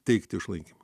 teikti išlaikymą